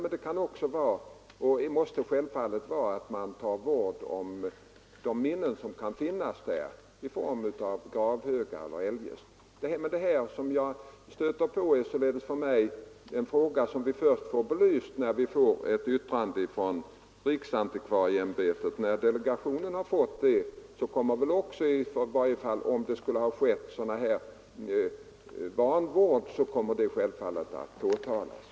Ett intresse är naturligtvis också att man tar vård om de minnen som kan finnas på fälten, t.ex. i form av gravhögar. Detta är emellertid en fråga som kommer att belysas i yttrandet från riksantikvarieämbetet. När delegationen fått detta yttrande och det eventuellt visar sig att det förekommit vanvård, så kommer detta självfallet att påtalas.